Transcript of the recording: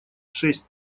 шесть